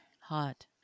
hot